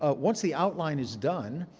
ah once the outline is done,